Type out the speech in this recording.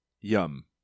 yum